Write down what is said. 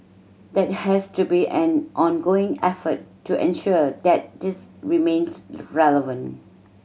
that has to be an ongoing effort to ensure that this remains relevant